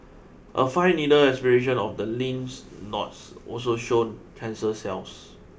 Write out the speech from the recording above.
a fine needle aspiration of the lymph nodes also showed cancer cells